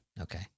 Okay